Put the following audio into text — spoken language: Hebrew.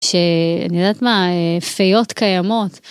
שאני יודעת מה, פיות קיימות.